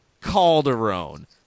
Calderon